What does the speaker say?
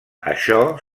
això